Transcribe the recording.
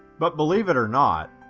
but, believe it or not,